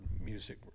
music